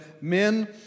men